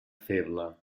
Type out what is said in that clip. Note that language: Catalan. feble